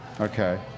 Okay